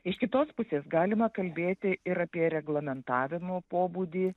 iš kitos pusės galima kalbėti ir apie reglamentavimo pobūdį